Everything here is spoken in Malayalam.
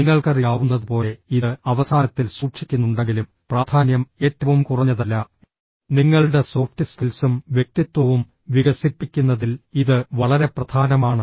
നിങ്ങൾക്കറിയാവുന്നതുപോലെ ഇത് അവസാനത്തിൽ സൂക്ഷിക്കുന്നുണ്ടെങ്കിലും പ്രാധാന്യം ഏറ്റവും കുറഞ്ഞതല്ല നിങ്ങളുടെ സോഫ്റ്റ് സ്കിൽസും വ്യക്തിത്വവും വികസിപ്പിക്കുന്നതിൽ ഇത് വളരെ പ്രധാനമാണ്